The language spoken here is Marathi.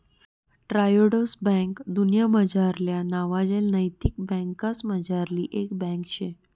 ट्रायोडोस बैंक दुन्यामझारल्या नावाजेल नैतिक बँकासमझारली एक बँक शे